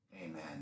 Amen